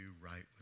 right